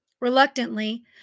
Reluctantly